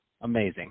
Amazing